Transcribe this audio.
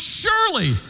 surely